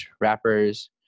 rappers